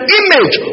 image